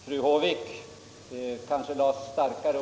Nr 32 Herr talman!